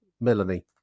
Melanie